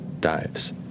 dives